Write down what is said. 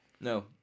No